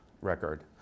record